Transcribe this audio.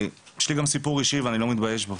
יש לי גם סיפור אישי ואני לא מתבייש בו,